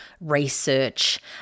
research